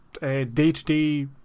day-to-day